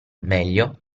meglio